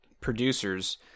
producers